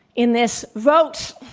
in this vote,